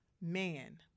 man